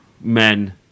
men